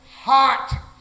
hot